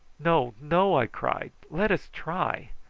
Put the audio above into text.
no, no! i cried. let us try.